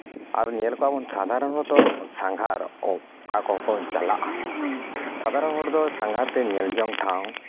ᱟᱫᱚ ᱧᱮᱞ ᱠᱚᱣᱟ ᱵᱚᱱ ᱥᱟᱫᱷᱟᱨᱚᱱᱚᱛᱚ ᱥᱟᱸᱜᱷᱟᱨ ᱚᱠᱟ ᱠᱚᱠᱚ ᱪᱟᱞᱟᱜᱼᱟ ᱥᱟᱫᱷᱟᱨᱚᱱ ᱦᱚᱲ ᱫᱚ ᱥᱟᱸᱜᱷᱟᱨᱛᱮ ᱧᱮᱞ ᱡᱚᱝ ᱴᱷᱟᱶ